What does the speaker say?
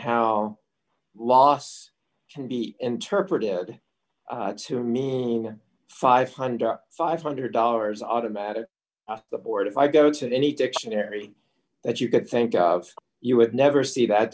how loss can be interpreted to mean a five thousand five hundred dollars automatic the board if i go to any dictionary that you could think of you would never see that